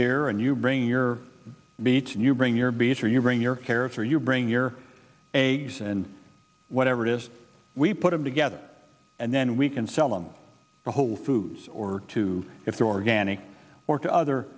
here and you bring your beets and you bring your beater you bring your character you bring your a and whatever it is we put them together and then we can sell them the whole foods or two if they're organic or to other